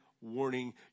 warning